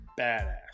badass